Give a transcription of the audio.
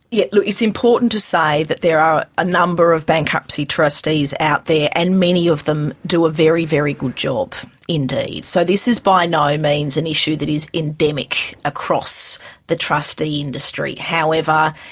yeah look, it's important to say that there are a number of bankruptcy trustees out there and many of them do a very, very good job indeed. so this is by no means an issue that is endemic across the trustee industry. however,